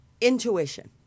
intuition